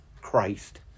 Christ